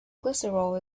glycerol